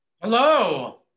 Hello